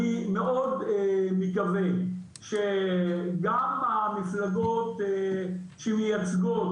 אני מאוד מקווה שגם המפלגות שמייצגות